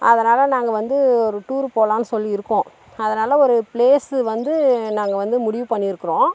அதனால் நாங்கள் வந்து ஒரு டூர் போகலான்னு சொல்லி இருக்கோம் அதனால் ஒரு ப்ளேஸ்ஸு வந்து நாங்கள் வந்து முடிவு பண்ணிருக்குறோம்